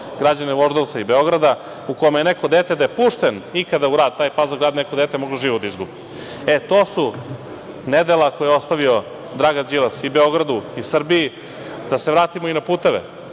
građane Voždovca i Beograda, u kome je neko dete, da je pušten ikada u rad taj „Pazl grad“ neko dete moglo život da izgubi. E, to su nedela koja je ostavio Dragan Đilas i Beogradu i Srbiji. Da se vratimo i na puteve.